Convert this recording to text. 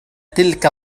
تلك